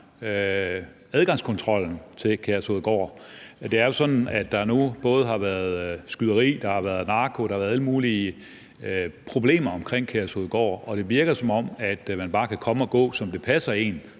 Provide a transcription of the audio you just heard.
fra regeringen i den her sag. Det er jo sådan, at der nu både har været skyderi, narko og alle mulige problemer omkring Kærshovedgård, og det virker, som om man bare kan komme og gå, som det passer en,